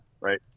right